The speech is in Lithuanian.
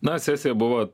na sesija buvo